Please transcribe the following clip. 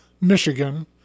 Michigan